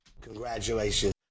Congratulations